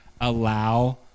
allow